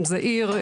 אם זו עיר,